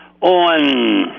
on